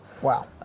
Wow